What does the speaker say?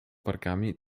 wargami